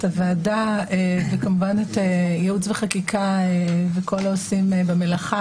את הוועדה וכמובן ייעוץ וחקיקה וכל העושים במלאכה,